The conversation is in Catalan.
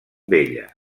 vella